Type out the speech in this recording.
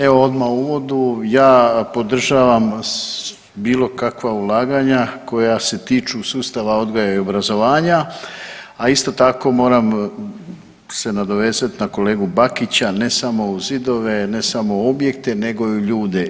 Evo odmah u uvodu, ja podržavam bilo kakva ulaganja koja se tiču sustava odgoja i obrazovanja, a isto tako moram se nadovezati na kolegu Bakića, ne samo u zidove, ne samo objekte nego i u ljude.